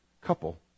couple